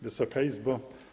Wysoka Izbo!